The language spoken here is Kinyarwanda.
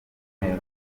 neza